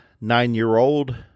nine-year-old